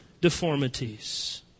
deformities